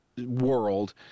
world